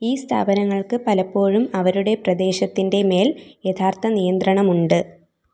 ഈ സ്ഥാപനങ്ങൾക്ക് പലപ്പോഴും അവരുടെ പ്രദേശത്തിൻ്റെ മേല് യഥാർത്ഥനിയന്ത്രണമുണ്ട്